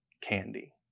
candy